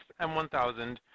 m1000